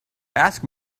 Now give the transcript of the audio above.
ask